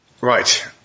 Right